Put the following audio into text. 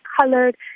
colored